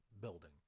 building